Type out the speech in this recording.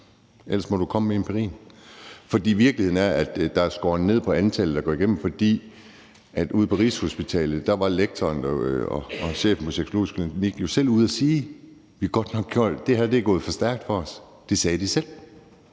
Ellers må du komme med empirien. Virkeligheden er, at der er skåret ned på antallet, der kommer igennem. Og på Rigshospitalet var lektoren og chefen for sexologisk klinik jo selv ude at sige: Det her er gået for stærkt for os. Det sagde de selv.